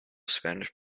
spanish